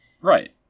Right